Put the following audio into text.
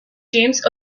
james